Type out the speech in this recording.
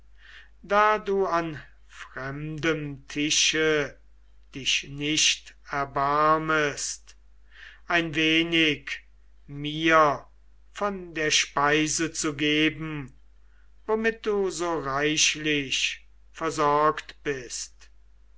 da du an fremdem tische dich nicht erbarmest ein wenig mir von der speise zu geben womit du so reichlich versorgt bist